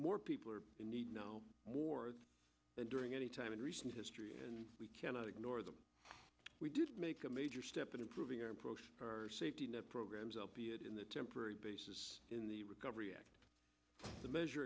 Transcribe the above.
more people are in need more than during any time in recent history and we cannot ignore them we did make a major step in improving our safety net programs albeit in the temporary basis in the recovery act the measure